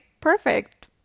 perfect